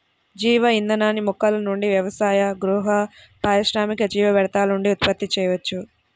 జీవ ఇంధనాన్ని మొక్కల నుండి వ్యవసాయ, గృహ, పారిశ్రామిక జీవ వ్యర్థాల నుండి ఉత్పత్తి చేయవచ్చు